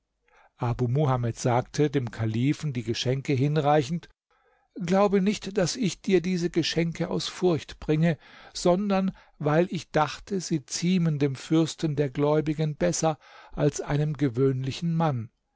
muhamed sagte dem kalifen die geschenke hinreichend glaube nicht daß ich dir diese geschenke aus furcht bringe sondern weil ich dachte sie ziemen dem fürsten der gläubigen besser als einem gewöhnlichen mann